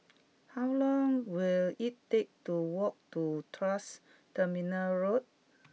how long will it take to walk to Tuas Terminal Road